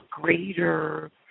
greater